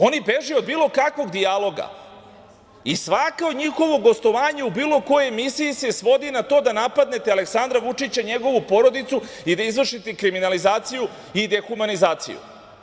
Oni beže od bilo kakvog dijaloga i svako njihovo gostovanje u bilo kojoj emisiji se svodi na to da napadnete Aleksandra Vučića i njegovu porodicu i da izvršite kriminalizaciju i dehumanizaciju.